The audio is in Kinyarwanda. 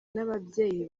n’ababyeyi